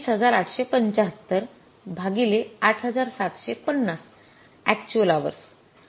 २१८७५ भागिले ८७५० actual hours